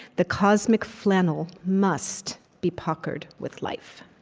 the cosmic flannel must be puckered with life.